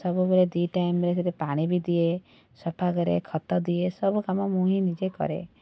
ସବୁବେଳେ ଦୁଇଟାଇମ୍ ରେ ସେଥିରେ ପାଣି ବି ଦିଏ ସଫାକରେ ଖତଦିଏ ସବୁକାମ ମୁଁ ହିଁ ନିଜେ କରେ